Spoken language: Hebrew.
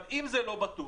אם זה לא בטוח,